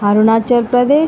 Arunachal Pradesh